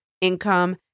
income